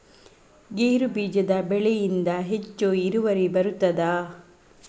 ಗೇರು ಬೀಜದ ಬೆಳೆಯಿಂದ ಹೆಚ್ಚು ಇಳುವರಿ ಬರುತ್ತದಾ?